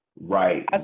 Right